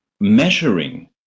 measuring